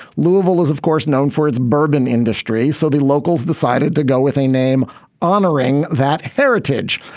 louisville is, of course, known for its bourbon industry. so the locals decided to go with a name honoring that heritage.